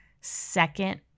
second